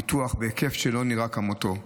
פיתוח בהיקף שלא נראה כמותו.